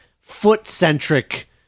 foot-centric